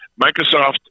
Microsoft